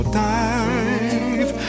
dive